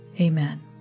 Amen